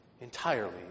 entirely